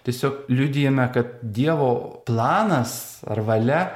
tiesiog liudijame kad dievo planas ar valia